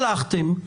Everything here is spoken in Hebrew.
הלכתם,